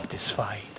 satisfied